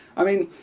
i mean,